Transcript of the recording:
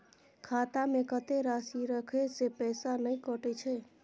खाता में कत्ते राशि रखे से पैसा ने कटै छै?